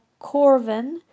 Corvin